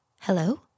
hello